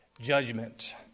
judgment